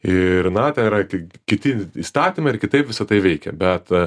ir na ten yra tik kiti įstatymai ir kitaip visa tai veikia bet